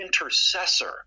intercessor